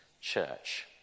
church